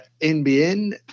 NBN